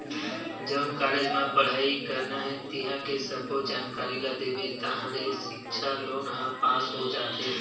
जउन कॉलेज म पड़हई करना हे तिंहा के सब्बो जानकारी ल देबे ताहाँले सिक्छा लोन ह पास हो जाथे